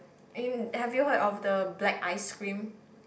have you heard of the black ice cream